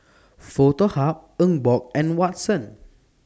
Foto Hub Emborg and Watsons